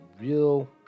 real